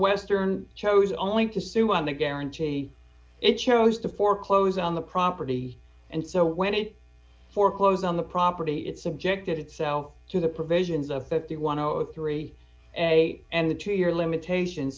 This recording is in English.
western chose only to sue on the guarantee it chose to foreclose on the property and so when it foreclosed on the property it subjected itself to the provisions of the one or three and the two year limitation